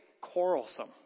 quarrelsome